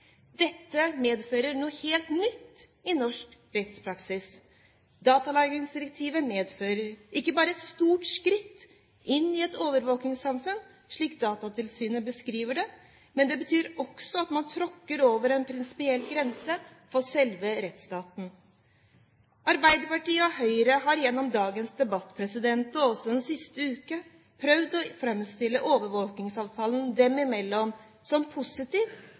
Dette medfører noe helt nytt i norsk rettspraksis. Datalagringsdirektivet medfører ikke bare et stort skritt inn i et overvåkingssamfunn, slik Datatilsynet beskriver det, men det betyr også at man tråkker over en prinsipiell grense for selve rettsstaten. Arbeiderpartiet og Høyre har gjennom dagens debatt og også den siste uke prøvd å framstille overvåkingsavtalen dem imellom som positiv